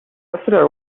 أسرع